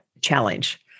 challenge